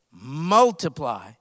multiply